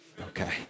Okay